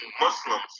Muslims